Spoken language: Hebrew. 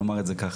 נאמר את זה כך.